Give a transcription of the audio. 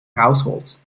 households